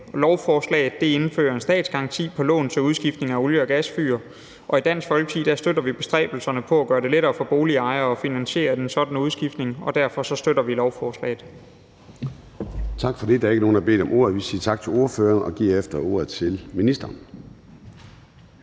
Lovforslaget indfører en statsgaranti på lån til udskiftning af olie- og gasfyr, og i Dansk Folkeparti støtter vi bestræbelserne på at gøre det lettere for boligejere at finansiere en sådan udskiftning. Og derfor støtter vi lovforslaget.